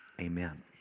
Amen